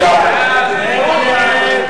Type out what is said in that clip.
למיפוי ישראל,